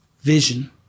vision